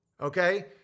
Okay